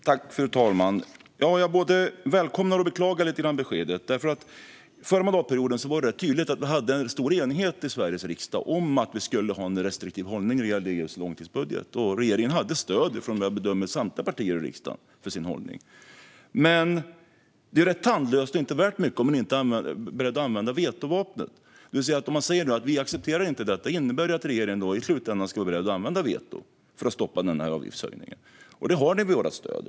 Fru talman! Jag både välkomnar och beklagar lite grann beskedet. Förra mandatperioden var det rätt tydligt att vi hade en stor enighet i Sveriges riksdag om att vi skulle ha en restriktiv hållning när det gällde EU:s långtidsbudget. Regeringen hade stöd för sin hållning, som jag bedömer det, från samtliga partier i riksdagen. Men det är rätt tandlöst och inte värt mycket om man inte är beredd att använda vetovapnet. Om man säger att vi inte accepterar detta, innebär det att regeringen i slutändan är beredd att använda veto för att stoppa avgiftshöjningen? Då har ni vårt stöd.